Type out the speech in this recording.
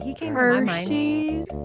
Hershey's